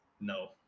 no